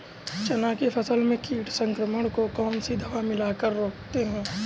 चना के फसल में कीट संक्रमण को कौन सी दवा मिला कर रोकते हैं?